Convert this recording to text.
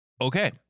Okay